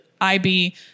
ib